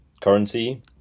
currency